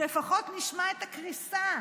שלפחות נשמע את הקריסה,